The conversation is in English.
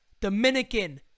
Dominican